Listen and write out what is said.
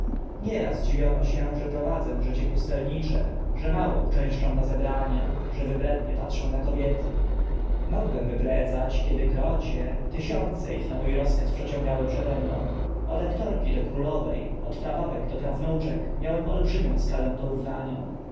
nieraz dziwiono się że prowadzę życie pustelnicze że mało uczęszczam na zebrania że wybrednie patrzę na kobiety mogłem wybredzać kiedy krocie tysiące ich na mó rozkaz przeciągały przede mną od aktorki do królowe od uroda kobieta prababek do prawnuczek miałem olbrzymią skalę porównania